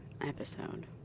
episode